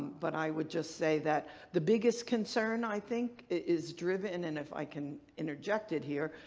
but i would just say that the biggest concern i think is driven, and if i can interject it here,